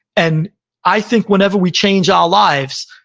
and i think whenever we change our lives,